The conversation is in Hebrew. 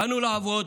באנו לעבוד,